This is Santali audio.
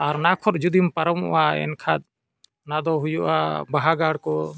ᱟᱨ ᱚᱱᱟᱠᱷᱚᱱ ᱡᱩᱫᱤᱢ ᱯᱟᱨᱚᱢᱚᱜᱼᱟ ᱮᱱᱠᱷᱟᱡ ᱚᱱᱟᱫᱚ ᱦᱩᱭᱩᱜᱼᱟ ᱵᱟᱦᱟ ᱜᱟᱲ ᱠᱚ